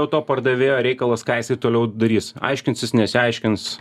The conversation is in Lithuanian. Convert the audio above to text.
jau to pardavėjo reikalas ką jis toliau darys aiškinsis nesiaiškins